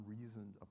reasoned